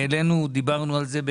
העלינו,